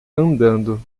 andando